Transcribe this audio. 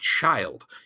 child